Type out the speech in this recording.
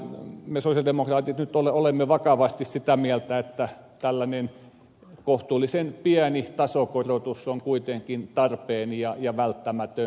me sosialidemokraatit nyt olemme vakavasti sitä mieltä että tällainen kohtuullisen pieni tasokorotus on kuitenkin tarpeen ja välttämätön